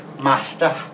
master